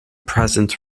present